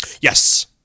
yes